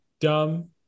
dumb